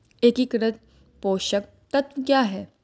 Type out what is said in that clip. एकीकृत पोषक तत्व क्या है?